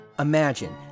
Imagine